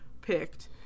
Picked